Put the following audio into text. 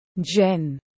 Jen